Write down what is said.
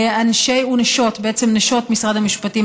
לאנשי ונשות משרד המשפטים,